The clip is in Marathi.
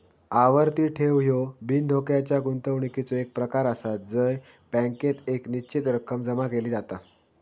आवर्ती ठेव ह्यो बिनधोक्याच्या गुंतवणुकीचो एक प्रकार आसा जय बँकेत एक निश्चित रक्कम जमा केली जाता